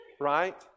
Right